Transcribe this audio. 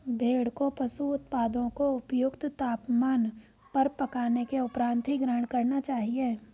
भेड़ को पशु उत्पादों को उपयुक्त तापमान पर पकाने के उपरांत ही ग्रहण करना चाहिए